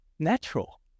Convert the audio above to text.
Natural